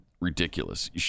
ridiculous